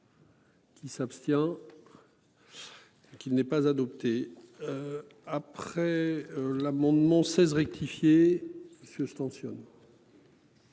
Qui s'abstient. Qui n'est pas adopté. Après l'amendement 16 rectifié suspension.